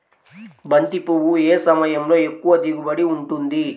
బంతి పువ్వు ఏ సమయంలో ఎక్కువ దిగుబడి ఉంటుంది?